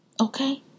Okay